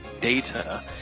data